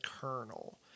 kernel